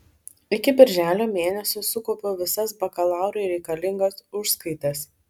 iki birželio mėnesio sukaupiau visas bakalaurui reikalingas užskaitas